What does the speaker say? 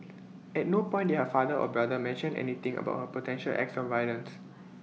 at no point did her father or brother mention anything about her potential acts of violence